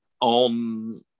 on